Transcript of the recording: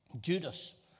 Judas